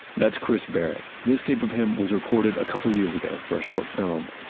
that's chris barrett. this tape of him was recorded a couple of years ago for a short film.